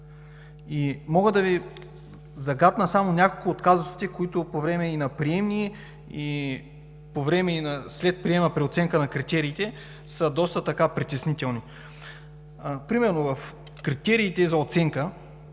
Мога да Ви загатна само няколко от казусите, които по време и на приеми, и след приема при оценка на критериите, са доста притеснителни. Примерно в критериите за оценка